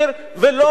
ולא מעט,